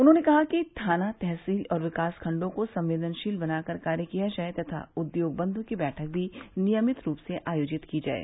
उन्होंने कहा कि थाना तहसील और विकास खण्डों को संवेदनशील बनाकर कार्य किया जाये तथा उद्योग बन्धु की बैठक भी नियमित रूप से आयोजित की जाये